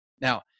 now